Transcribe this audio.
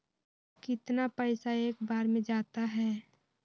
कितना पैसा एक बार में जाता है?